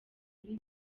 kuri